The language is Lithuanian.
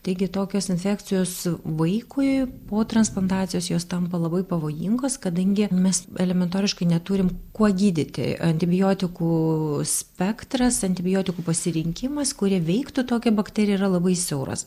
taigi tokios infekcijos vaikui po transplantacijos jos tampa labai pavojingos kadangi mes elementoriškai neturim kuo gydyti antibiotikų spektras antibiotikų pasirinkimas kurie veiktų tokią bakteriją yra labai siauras